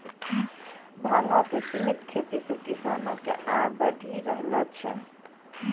भांगो के सिमित खेती से किसानो के आय बढ़ी रहलो छै